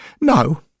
No